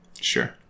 Sure